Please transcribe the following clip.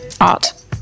Art